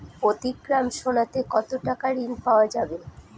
প্রতি গ্রাম সোনাতে কত টাকা ঋণ পাওয়া যাবে?